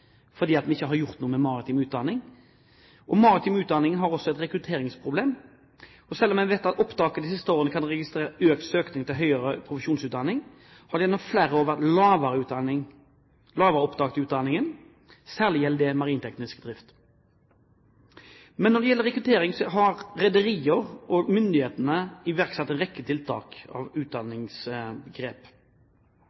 vi ikke gjør noe med maritim utdanning. Maritim utdanning har også et rekrutteringsproblem. Selv om vi ved opptaket de siste årene har registrert økt søkning til høyere maritim profesjonsutdanning, har det gjennom flere år vært lave opptak til denne utdanningen. Særlig gjelder det marinteknisk drift. Når det gjelder rekruttering, har rederiene og myndighetene iverksatt en rekke tiltak